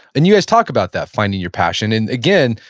and you guys talk about that, finding your passion, and again,